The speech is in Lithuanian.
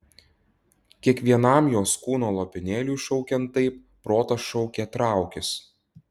kiekvienam jos kūno lopinėliui šaukiant taip protas šaukė traukis